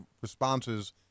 responses